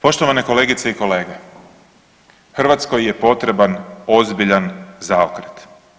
Poštovane kolegice i kolege, Hrvatskoj je potreban ozbiljan zaokret.